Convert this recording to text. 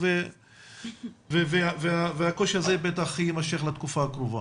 ואני מכיר הרבה אנשים.